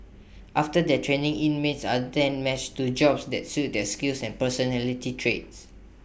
after their training inmates are then matched to jobs that suit their skills and personality traits